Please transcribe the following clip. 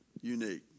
unique